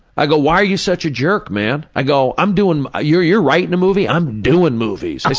i go, why are you such a jerk, man? i go, i'm doing ah you're you're writing a movie, i'm doing movies.